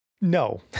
no